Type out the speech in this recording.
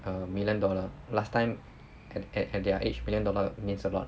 a million dollar last time and at their age million dollar means a lot